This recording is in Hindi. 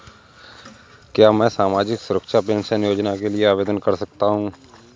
क्या मैं सामाजिक सुरक्षा पेंशन योजना के लिए आवेदन कर सकता हूँ?